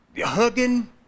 hugging